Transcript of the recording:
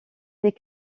des